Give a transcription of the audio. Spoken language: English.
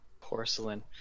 Porcelain